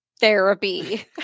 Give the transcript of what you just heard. Therapy